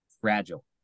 fragile